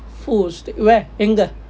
oo steak where எங்க:enga